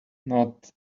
not